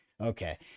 Okay